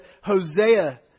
Hosea